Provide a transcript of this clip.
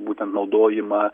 būtent naudojimą